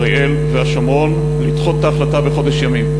אריאל והשומרון לדחות את ההחלטה בחודש ימים.